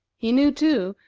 he knew, too,